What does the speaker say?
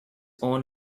own